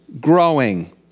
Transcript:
growing